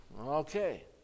okay